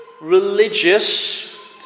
religious